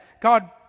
God